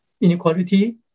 inequality